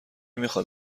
میخاد